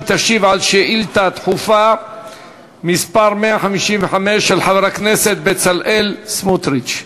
היא תשיב על שאילתה דחופה מס' 155 של חבר הכנסת בצלאל סמוטריץ.